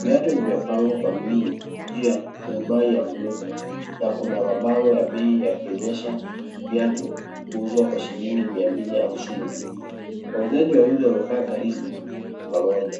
Viatu vimepangwa kwa wingi juu ya turubai ya bluu na kuna mabango ya bei yakionyesha viatu huuzwa kwa shilingi mia mbili hamsini. Wauzaji wawili wamekaa karibu pamoja.